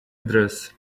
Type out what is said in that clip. address